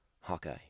Hawkeye